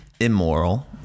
immoral